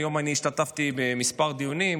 היום השתתפתי בכמה דיונים,